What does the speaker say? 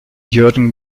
jürgen